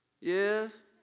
Yes